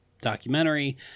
documentary